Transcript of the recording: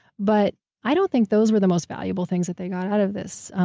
but i don't think those were the most valuable things that they got out of this.